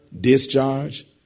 discharge